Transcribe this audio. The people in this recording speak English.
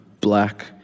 black